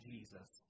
Jesus